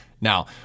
Now